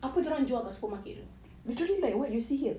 apa dorang jual dekat supermarket